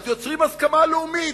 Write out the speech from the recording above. אז יוצרים הסכמה לאומית.